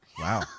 Wow